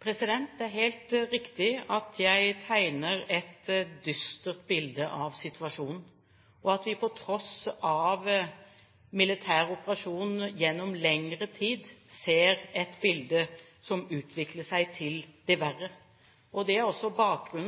Det er helt riktig at jeg tegner et dystert bilde av situasjonen. På tross av en militær operasjon gjennom lengre tid, ser vi et bilde som utvikler seg til det verre. Det er også